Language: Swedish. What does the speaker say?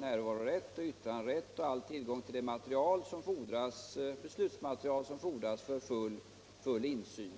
närvarorätt, yttranderätt och tillgång till det beslutsmaterial som fordras för full insyn.